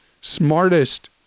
smartest